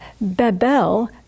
Babel